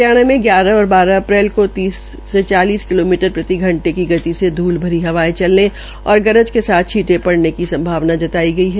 हरियाणा में ग्यारह और बारह अप्रैल को तीस से चालीस किलोमीटर प्रति घंटे की गति से ध्रल भरी हवायें चलने और गरज के साथ छींटे पड़ने की संभावना जताई है